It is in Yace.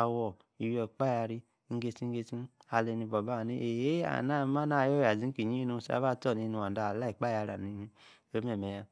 awor, iwi ekpaya-ri nigiti-gitie, alay-bua, ba haah ni ehee, maa-na, ayor-yaa niki-yin, aba-stor-ni, nu adaa alaah, ekpayari amme kee, ne-mee yaa.